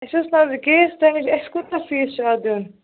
اَسہِ اوس کیس تۄہہِ نِش اَسہِ کوٗتاہ ا فیٖس چھُ اَتھ دیُن